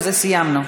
בזה סיימנו.